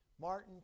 Martin